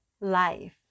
life